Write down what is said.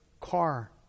car